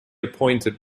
appointed